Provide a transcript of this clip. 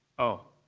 oh.